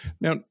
Now